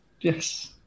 Yes